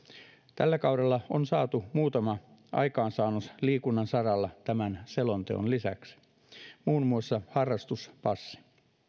tällä kaudella on saatu muutama aikaansaannos liikunnan saralla tämän selonteon lisäksi muun muassa harrastuspassi